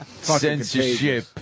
Censorship